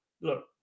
look